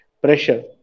pressure